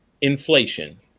inflation